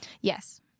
yes